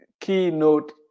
keynote